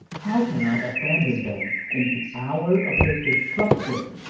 how can i abandon them in the hour of their destruction?